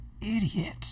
idiot